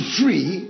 free